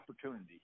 opportunity